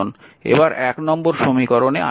এবার নম্বর সমীকরণে আসা যাক